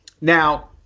Now